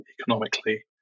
economically